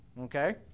Okay